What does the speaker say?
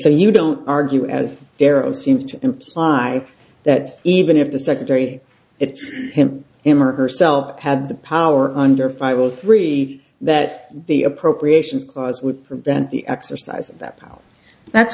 so you don't argue as there are seems to imply that even if the secretary it's him him or herself had the power under fire all three that the appropriations clause would prevent the exercise that power that's